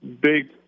big